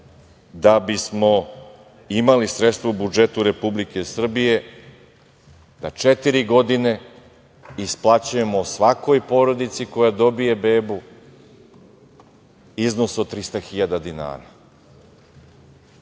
da bismo imali sredstva u budžetu Republike Srbije da četiri godine isplaćujemo svakoj porodici koja dobije bebu iznos od 300.000 dinara. Danica